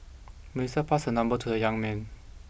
Melissa passed her number to the young man